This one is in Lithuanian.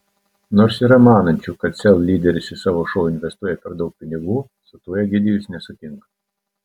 nors yra manančių kad sel lyderis į savo šou investuoja per daug pinigų su tuo egidijus nesutinka